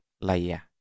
Laya